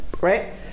Right